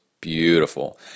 beautiful